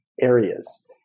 areas